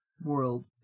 World